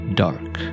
dark